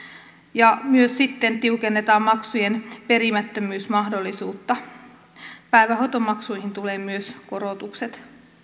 ja myös sitten tiukennetaan maksujen perimättömyysmahdollisuutta päivähoitomaksuihin tulee myös korotukset